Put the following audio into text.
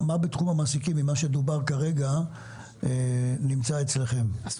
מה שדובר כאן בתחום המעסיקים, מה נמצא אצלכם?